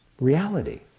reality